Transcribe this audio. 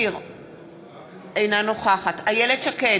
אינה נוכחת איילת שקד,